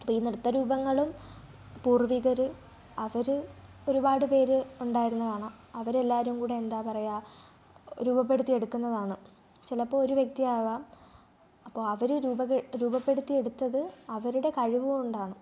ഇപ്പോൾ ഈ നൃത്ത രൂപങ്ങളും പൂർവികർ അവർ ഒരുപാടു പേർ ഉണ്ടായിരുന്നതാണ് അവരെല്ലാവരും കൂടി എന്താ പറയുക രൂപപ്പെടുത്തി എടുക്കുന്നതാണ് ചിലപ്പോൾ ഒരു വ്യക്തിയാകാം അപ്പോൾ അവർ രൂപ രൂപപ്പെടുത്തി എടുത്തത് അവരുടെ കഴിവ് കൊണ്ടാണ്